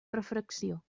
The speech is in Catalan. refracció